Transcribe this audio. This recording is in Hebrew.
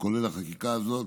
כולל החקיקה הזאת,